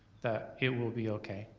that it will be okay,